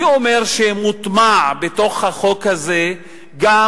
אני טוען שהחוק הזה מושתת